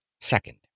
Second